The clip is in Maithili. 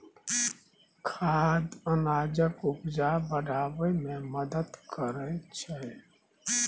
खाद अनाजक उपजा बढ़ाबै मे मदद करय छै